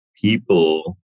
people